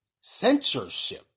censorship